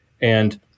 and-